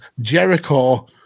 Jericho